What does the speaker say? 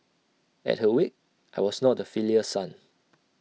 at her wake I was not A filial son